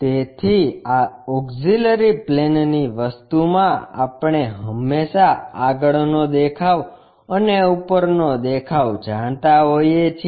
તેથી આ auxiliary plane ની વસ્તુમાં આપણે હંમેશાં આગળનો દેખાવ અને ઉપરનો દેખાવ જાણતા હોઈએ છીએ